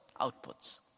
outputs